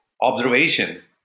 observations